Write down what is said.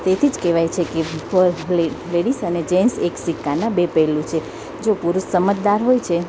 તેથી જ કહેવાય છે કે લેડિસ અને જેન્સ એક સિક્કાના બે પહેલું છે જો પુરુષ સમજદાર હોય છે